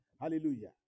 Hallelujah